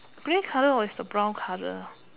grey color was the brown color